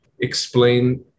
explain